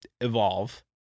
evolve